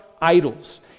idols